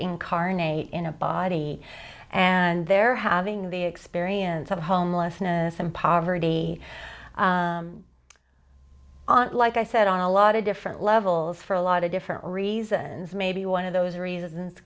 incarnate in a body and they're having the experience of homelessness and poverty like i said on a lot of different levels for a lot of different reasons maybe one of those reasons